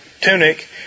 tunic